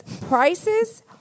prices